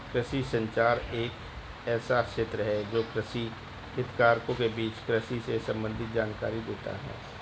कृषि संचार एक ऐसा क्षेत्र है जो कृषि हितधारकों के बीच कृषि से संबंधित जानकारी देता है